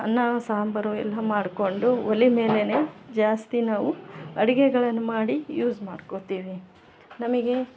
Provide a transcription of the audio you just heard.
ಅನ್ನ ಸಾಂಬಾರು ಎಲ್ಲ ಮಾಡಿಕೊಂಡು ಒಲೆ ಮೇಲೇ ಜಾಸ್ತಿ ನಾವು ಅಡುಗೆಗಳನ್ ಮಾಡಿ ಯೂಸ್ ಮಾಡ್ಕೋತೀವಿ ನಮಗೆ